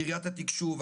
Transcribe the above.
קריית התקשוב,